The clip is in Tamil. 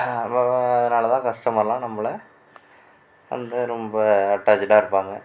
அதனாலதான் கஸ்ட்டமர்லான் நம்பளை ரொம்ப அட்டாச்சிடாகருப்பாங்க